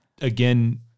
Again